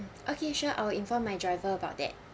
okay sure I will informed my driver about that